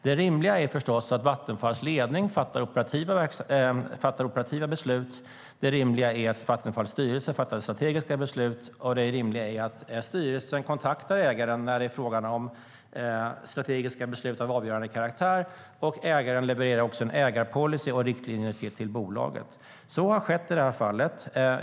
Det rimliga är förstås att Vattenfalls ledning fattar operativa beslut. Det rimliga är att Vattenfalls styrelse fattar strategiska beslut. Det rimliga är att styrelsen kontaktar ägaren när det är fråga om strategiska beslut av avgörande karaktär. Och ägaren levererar en ägarpolicy och riktlinjer till bolaget. Så har skett i det här fallet.